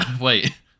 Wait